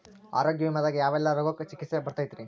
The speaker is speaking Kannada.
ಆರೋಗ್ಯ ವಿಮೆದಾಗ ಯಾವೆಲ್ಲ ರೋಗಕ್ಕ ಚಿಕಿತ್ಸಿ ಬರ್ತೈತ್ರಿ?